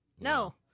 no